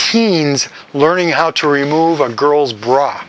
teens learning how to remove a girl's bra